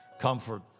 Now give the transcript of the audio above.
Comfort